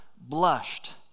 blushed